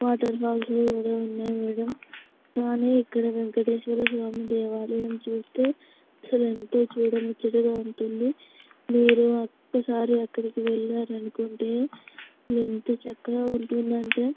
waterfalls అవి కూడా ఉన్నాయి మేడం కానీ ఇక్కడ వేంకటేశ్వరస్వామి దేవాలయం చూస్తే అసలు ఎంతో చూడముచ్చటగా ఉంటుంది మీరు ఒక్కసారి అక్కడికి వెళ్ళారు అనుకోండి ఎంత చక్కగా ఉంటుంది అంటే